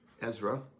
Ezra